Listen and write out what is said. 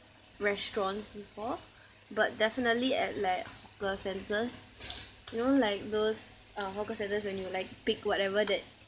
restaurants before but definitely at like hawker centres you know like those uh hawker centres when you like pick whatever that